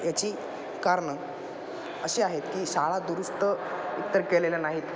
याची कारणं अशी आहेत की शाळा दुरुस्त एक तर केलेल्या नाहीत